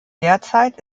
derzeit